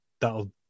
that'll